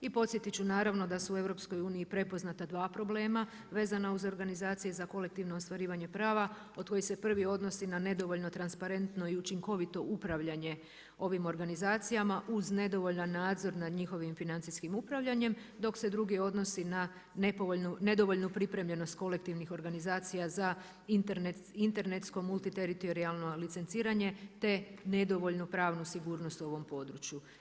I podsjetiti ću naravno da su u EU prepoznata dva problema vezana uz organizacije za kolektivno ostvarivanje prava od kojih se prvi odnosi na nedovoljno transparentno i učinkovito upravljanje ovim organizacijama uz nedovoljan nadzor nad njihovim financijskim upravljanjem dok se drugi odnosi na nedovoljnu pripremljenost kolektivnih organizacija za internetskom multiteritorijalno licenciranje te nedovoljnu pravnu sigurnost u ovom području.